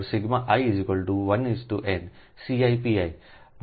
જો આ સમીકરણ નંબર છે 15 અધિકાર